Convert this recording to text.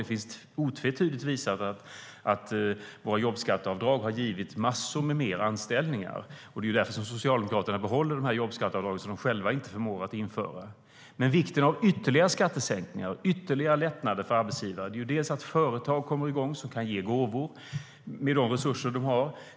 Det har otvetydigt visat sig att våra jobbskatteavdrag har givit massor av fler anställningar, och det är därför som Socialdemokraterna behåller jobbskatteavdragen som de själva inte förmår att genomföra. Men vikten av ytterligare skattesänkningar och ytterligare lättnader för arbetsgivare gör att företag kommer igång som kan ge gåvor med de resurser de har.